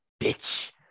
bitch